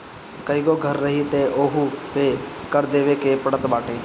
कईगो घर रही तअ ओहू पे कर देवे के पड़त बाटे